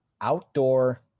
outdoor